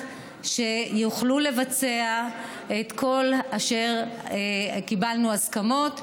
שיוכלו לבצע את כל אשר קיבלנו בהסכמות,